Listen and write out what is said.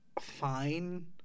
fine